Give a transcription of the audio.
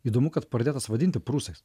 įdomu kad pradėtas vadinti prūsais